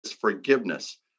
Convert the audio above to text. forgiveness